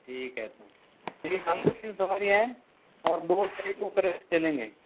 ठीक है तो मेरे साथ तीन सवारी है और दो तारीख को फिर घर से चलेंगे